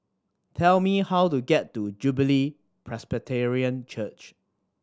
tell me how to get to Jubilee Presbyterian Church